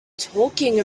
talking